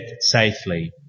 safely